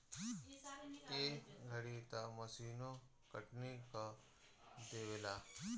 ए घरी तअ मशीनो कटनी कअ देवेला